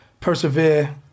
Persevere